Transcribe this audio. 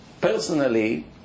personally